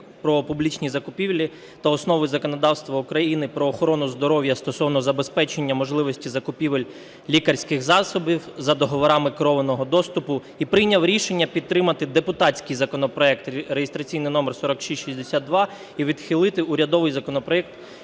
"Про публічні закупівлі" та "Основи законодавства України про охорону здоров'я" стосовно забезпечення можливості закупівель лікарських засобів за договорами керованого доступу і прийняв рішення підтримати депутатський законопроект реєстраційний номер 4662 і відхилити урядовий законопроект